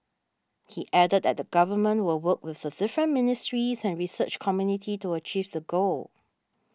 he added that the Government will work with the different ministries and research community to achieve the goal